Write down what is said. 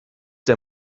der